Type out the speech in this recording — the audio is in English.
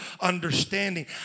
understanding